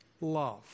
love